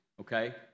okay